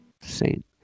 saint